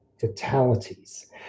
fatalities